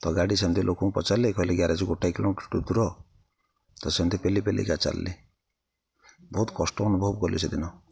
ତ ଗାଡ଼ି ସେମିତି ଲୋକଙ୍କୁ ପଚାରିଲେ କହିଲେ ଗ୍ୟାରେଜ୍ ଗୋଟାଏ କିଲୋମିଟର୍ ଦୂର ତ ସେମିତି ପେଲି ପେଲି ଏକା ଚାଲିଲି ବହୁତ କଷ୍ଟ ଅନୁଭବ କଲି ସେଦିନ